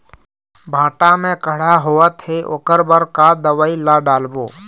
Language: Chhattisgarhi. भांटा मे कड़हा होअत हे ओकर बर का दवई ला डालबो?